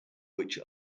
which